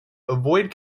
avoid